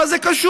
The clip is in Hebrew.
מה זה קשור?